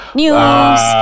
news